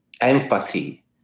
empathy